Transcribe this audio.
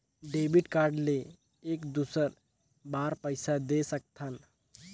Debit card ले एक दुसर बार पइसा दे सकथन?